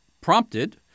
prompted